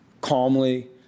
calmly